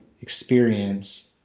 experience